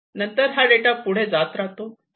नंतर जात राहतात